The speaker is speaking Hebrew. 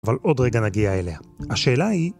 אבל עוד רגע נגיע אליה, השאלה היא...